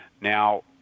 Now